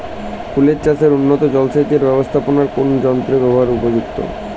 ফুলের চাষে উন্নত জলসেচ এর ব্যাবস্থাপনায় কোন যন্ত্রের ব্যবহার উপযুক্ত?